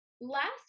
last